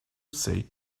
say